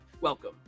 Welcome